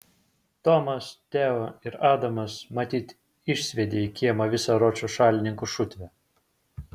tomas teo ir adamas matyt išsviedė į kiemą visą ročo šalininkų šutvę